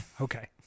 Okay